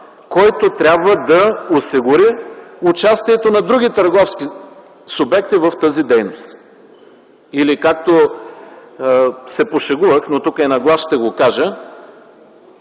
който трябва да осигури участието на други търговски субекти в тази дейност или, както се пошегувах, но тук и на глас ще го кажа